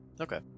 Okay